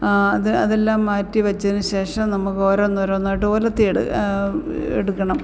അത് അതെല്ലാം മാറ്റിവച്ചതിന് ശേഷം നമുക്ക് ഒരോന്നോരൊന്നായിട്ട് ഒലത്തിയെടുക്ക എടുക്കണം